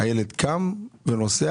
הילד קם ונוסע.